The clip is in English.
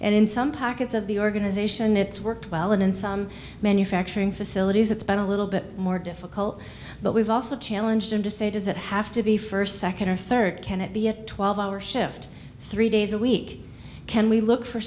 and in some pockets of the organization it's worked well in some manufacturing facilities it's been a little bit more difficult but we've also challenge them to say does it have to be first second or third can it be a twelve hour shift three days a week can we look for